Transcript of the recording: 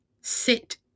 sit